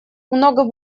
много